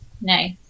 Nice